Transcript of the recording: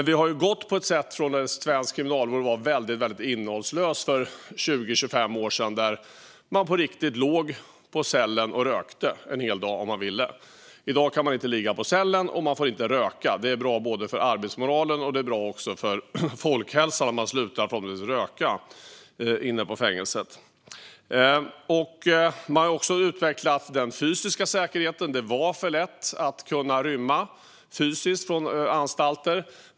Vi har gått från att svensk kriminalvård för 20-25 år sedan var mycket innehållslös, då man låg i cellen och rökte en hel dag om man ville. I dag kan man inte ligga i cellen, och man får inte röka. Det är bra både för arbetsmoralen och för folkhälsan, och man slutar förhoppningsvis röka inne på fängelset. Den fysiska säkerheten har också utvecklats. Det var för lätt att fysiskt kunna rymma från anstalter.